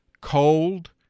Cold